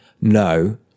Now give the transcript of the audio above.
no